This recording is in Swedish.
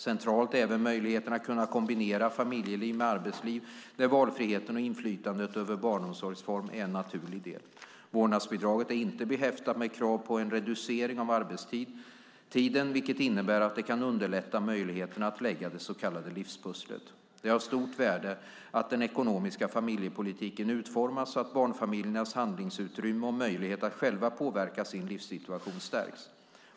Central är även möjligheten att kombinera familjeliv med arbetsliv, där valfriheten och inflytandet över barnomsorgsform är en naturlig del. Vårdnadsbidraget är inte behäftat med krav på en reducering av arbetstiden, vilket innebär att det kan underlätta möjligheterna att lägga det så kallade livspusslet. Det är av stort värde att den ekonomiska familjepolitiken utformas så att barnfamiljernas handlingsutrymme och möjligheter att själva påverka sin livssituation stärks.